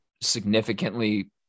significantly